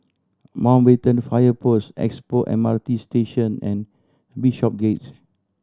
Mountbatten Fire Post Expo M R T Station and Bishopsgate